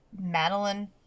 Madeline